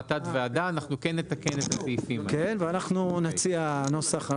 כן, אנחנו נציע נוסח.